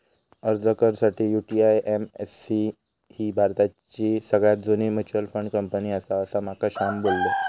अर्ज कर साठी, यु.टी.आय.ए.एम.सी ही भारताची सगळ्यात जुनी मच्युअल फंड कंपनी आसा, असा माका श्याम बोललो